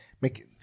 Make